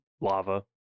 lava